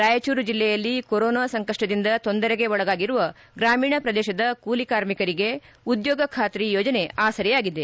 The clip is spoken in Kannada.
ರಾಯಚೂರು ಜಿಲ್ಲೆಯಲ್ಲಿ ಕೊರೊನಾ ಸಂಕಷ್ಟದಿಂದ ತೊಂದರೆಗೆ ಒಳಗಾಗಿರುವ ಗ್ರಾಮೀಣ ಪ್ರದೇಶದ ಕೂಲಿ ಕಾರ್ಮಿಕರಿಗೆ ಉದ್ಯೋಗ ಖಾತ್ರಿ ಯೋಜನೆ ಆಸರೆಯಾಗಿದೆ